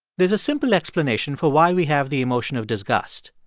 there's a simple explanation for why we have the emotion of disgust.